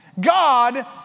God